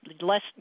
less